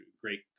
great